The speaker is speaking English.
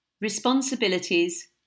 Responsibilities